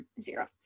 zero